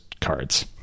cards